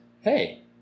Hey